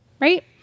Right